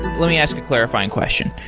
let me ask a clarifying question.